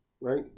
right